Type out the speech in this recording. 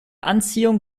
anziehung